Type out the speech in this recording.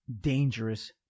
dangerous